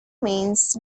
means